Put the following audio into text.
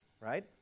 right